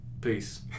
Peace